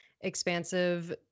expansive